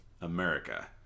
America